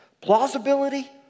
Plausibility